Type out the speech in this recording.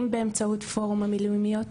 אם באמצעות פורום המילואימיות,